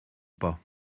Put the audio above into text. pas